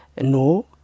No